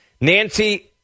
Nancy